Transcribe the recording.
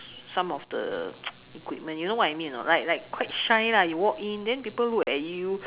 some of the equipment you know what I mean or not like like quite shy lah you walk in then people look at you